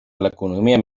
l’economia